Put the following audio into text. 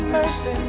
Mercy